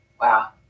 Wow